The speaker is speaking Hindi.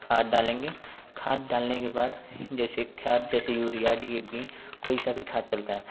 खाद डालेंगे खाद डालने के बाद जैसे खाद जैसे यूरिया डी ए पी कोई सआ भी खाद चलता है